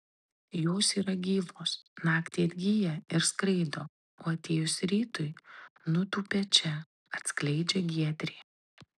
jos yra gyvos naktį atgyja ir skraido o atėjus rytui nutūpia čia atskleidžia giedrė